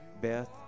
Beth